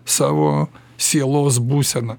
savo sielos būsena